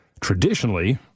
Traditionally